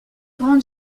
grandes